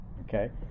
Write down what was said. Okay